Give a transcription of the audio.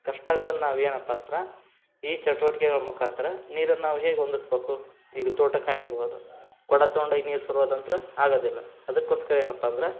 ಕಷ್ಟ ಆಗದನ್ನು ನಾವು ಏನು ಈ ಚಟುವಟ್ಕೆಗಳ ಮುಖಾಂತರ ನೀರನ್ನು ನಾವು ಹೇಗೆ ಹೊಂದಸ್ಬಕು ಈಗ ತೋಟಕ್ಕೆ ಆಗಿರ್ಬೋದು ಕೊಡ ತಗೊಂಡೋಗ್ ನೀರು ಸೊರೊದಂತು ಆಗೋದಿಲ್ಲ ಅದಕ್ಕೋಸ್ಕರ ಏನಪ್ಪ ಅಂದ್ರೆ